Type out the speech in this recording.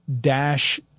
dash